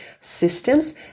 systems